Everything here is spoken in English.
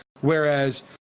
whereas